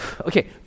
Okay